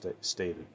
stated